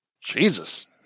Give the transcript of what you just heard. Jesus